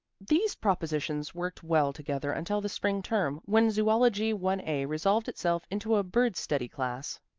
these propositions worked well together until the spring term, when zoology one a resolved itself into a bird-study class.